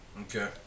Okay